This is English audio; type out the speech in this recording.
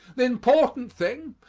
the important thing,